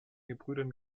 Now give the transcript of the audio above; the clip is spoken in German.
gebrüdern